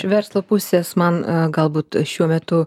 verslo pusės man galbūt šiuo metu